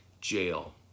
jail